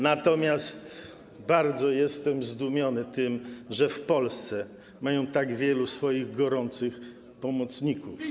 Natomiast bardzo jestem zdumiony tym, że w Polsce mają tak wielu swoich gorących pomocników.